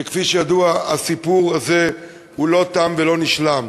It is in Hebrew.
וכפי שידוע, הסיפור הזה לא תם ולא נשלם.